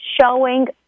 showing